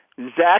Zach